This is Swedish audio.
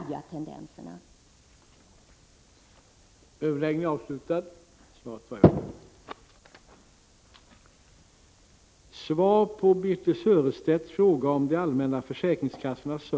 1985/86:78